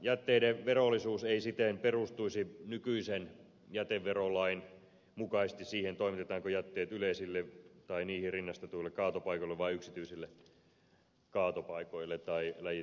jätteiden verollisuus ei siten perustuisi nykyisen jäteverolain mukaisesti siihen toimitetaanko jätteet yleisille tai niihin rinnastetuille kaatopaikoille vai yksityisille kaatopaikoille tai läjitysalueille